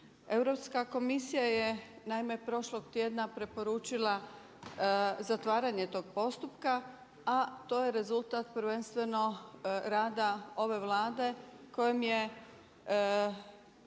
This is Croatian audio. Europska komisija je prošlog tjedna preporučila zatvaranje tog postupka, a to je rezultat prvenstveno rada ove Vlade kojim je